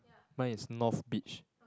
mine is north beach